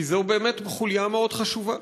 כי זו באמת חוליה מאוד חשובה.